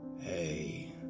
Hey